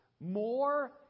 more